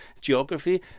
geography